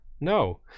No